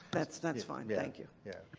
that's that's fine. thank you. yeah.